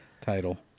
title